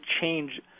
change